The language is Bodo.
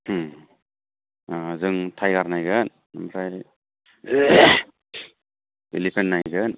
अ जों टाइगार नायगोन ओमफ्राय एलिफेन्ट नायगोन